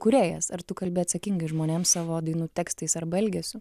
kūrėjas ar tu kalbi atsakingai žmonėms savo dainų tekstais arba elgesiu